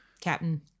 Captain